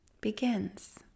begins